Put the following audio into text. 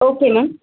okay ma'am